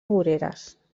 voreres